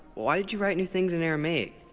why did you write new things in aramaic?